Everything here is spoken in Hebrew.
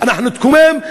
אנחנו נתקומם,